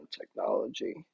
technology